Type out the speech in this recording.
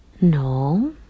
No